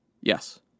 Yes